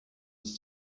ist